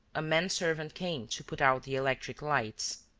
a man-servant came to put out the electric lights.